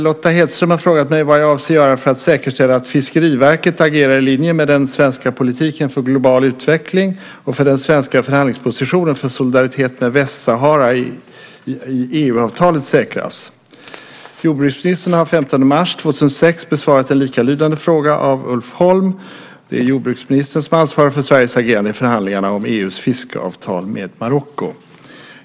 Lotta Hedström har frågat mig vad jag avser att göra för att säkerställa att Fiskeriverket agerar i linje med den svenska politiken för global utveckling och för att den svenska förhandlingspositionen för solidaritet med Västsahara i EU-avtalet säkras. Jordbruksministern har den 15 mars 2006 besvarat en likalydande fråga av Ulf Holm. Det är jordbruksministern som ansvarar för Sveriges agerande i förhandlingarna om EU:s fiskeavtal med Marocko.